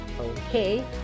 Okay